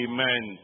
Amen